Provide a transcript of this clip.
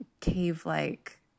cave-like